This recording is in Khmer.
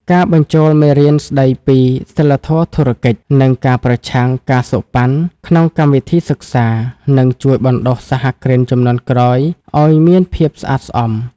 ការបញ្ចូលមេរៀនស្ដីពី "សីលធម៌ធុរកិច្ច និងការប្រឆាំង ការសូកប៉ាន់" ក្នុងកម្មវិធីសិក្សា នឹងជួយបណ្ដុះសហគ្រិនជំនាន់ក្រោយឱ្យមានភាពស្អាតស្អំ។